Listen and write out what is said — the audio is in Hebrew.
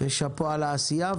ושאפו על העשייה.